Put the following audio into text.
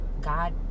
God